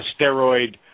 steroid